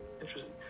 Interesting